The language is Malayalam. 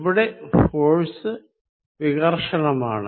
ഇവിടെ ഫോഴ്സ് വികര്ഷണമാണ്